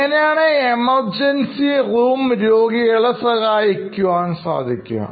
എങ്ങനെയാണ്എമർജൻസി room രോഗികളെ സഹായിക്കാൻ സാധിക്കുക